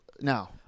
now